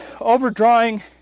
overdrawing